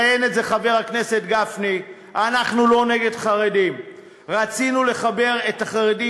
לעניין עצמו, אתם מנסים להחזיר את הגלגל